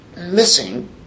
missing